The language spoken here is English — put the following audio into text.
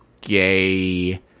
gay